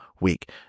week